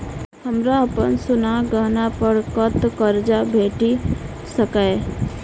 हमरा अप्पन सोनाक गहना पड़ कतऽ करजा भेटि सकैये?